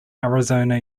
arizona